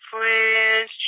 friends